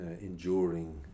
enduring